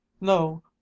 no